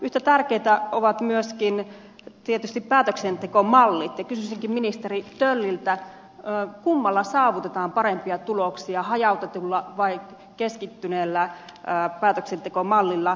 yhtä tärkeitä ovat myöskin tietysti päätöksentekomallit ja kysyisinkin ministeri tölliltä kummalla saavutetaan parempia tuloksia hajautetulla vai keskittyneellä päätöksentekomallilla